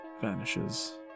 vanishes